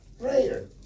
Prayer